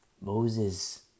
Moses